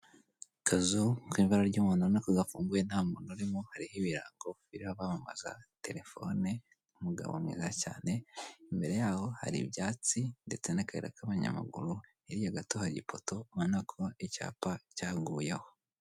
Akazu kari mu ibara ry'umuhondo ubona ko gafunguye n'umuntu urimo, hariho ibirango biriho abamamaza telefone umugabo mwiza cyane, imbere yaho hari ibyatsi ndetse n'akayira k'abanyamaguru, hirya gato hari ipoto ubona ko icyapa cyaguyeho.